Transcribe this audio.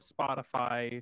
Spotify